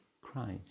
Christ